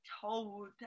told